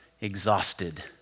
exhausted